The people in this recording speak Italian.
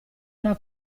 una